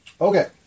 Okay